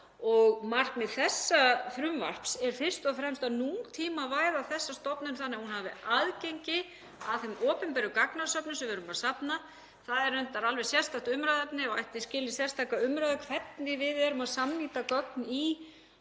og markmið frumvarpsins er fyrst og fremst að nútímavæða þessa stofnun þannig að hún hafi aðgengi að þeim opinberu gagnasöfnun sem við erum að safna. Það er reyndar alveg sérstakt umræðuefni og ætti skilið sérstaka umræðu hvernig við erum að samnýta gögn í okkar stofnunum